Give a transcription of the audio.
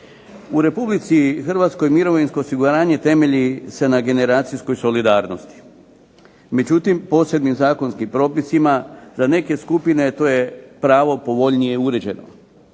U Republici Hrvatskoj mirovinsko osiguranje temelji se na generacijskoj solidarnosti. Međutim posebnim zakonskim propisima za neke skupine to je pravo povoljnije uređeno.